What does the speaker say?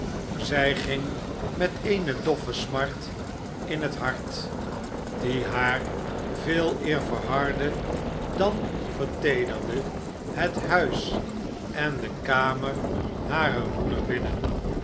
zij ging met eene doffe smart in het hart die haar veeleer verhardde dan verteederde het huis en de kamer harer moeder binnen